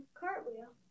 cartwheel